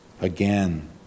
Again